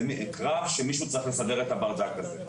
קרב שמישהו צריך לסדר את הברדק הזה,